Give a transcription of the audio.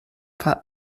paar